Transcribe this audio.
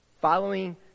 following